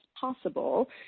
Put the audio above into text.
possible